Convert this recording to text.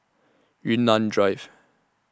Yunnan Drive